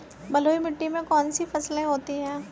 बलुई मिट्टी में कौन कौन सी फसलें होती हैं?